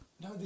No